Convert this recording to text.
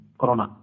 Corona